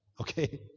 okay